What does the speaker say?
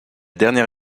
dernière